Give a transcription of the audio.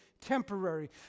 temporary